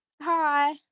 Hi